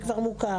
זה כבר מוכר.